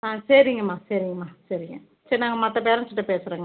ஆ சரிங்கம்மா சரிங்கம்மா சரிங்க சரி நாங்கள் மற்ற பேரண்ட்ஸுகிட்ட பேசுறோங்க